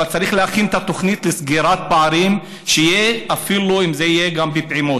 אבל צריך להכין את התוכנית לסגירת הפערים שתהיה אפילו בפעימות.